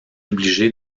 obligé